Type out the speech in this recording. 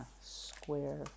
square